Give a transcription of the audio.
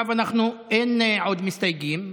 אין עוד מסתייגים,